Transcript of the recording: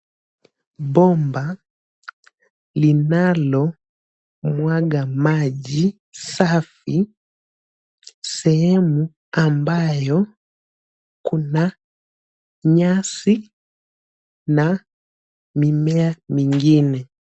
Bomba linalomwaga maji safi, sehemu ambayo kuna nyasi na mimea mingine.